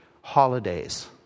holidays